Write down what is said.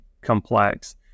complex